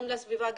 גם לסביבה,